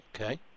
Okay